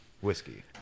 whiskey